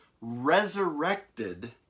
resurrected